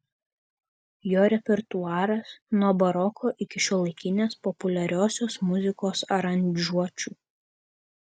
jo repertuaras nuo baroko iki šiuolaikinės populiariosios muzikos aranžuočių